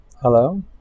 Hello